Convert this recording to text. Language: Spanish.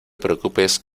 preocupes